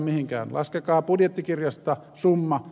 laskekaa budjettikirjasta summa